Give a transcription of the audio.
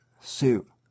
suit